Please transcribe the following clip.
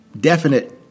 definite